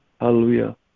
Hallelujah